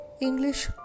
English